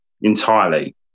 entirely